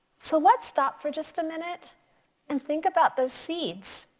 so let's stop for just a minute and think about those seeds.